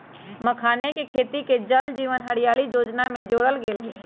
मखानके खेती के जल जीवन हरियाली जोजना में जोरल गेल हई